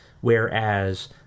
Whereas